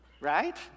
right